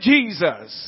Jesus